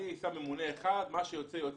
אני אקח ממונה אחד ומה שיוצא, יוצא.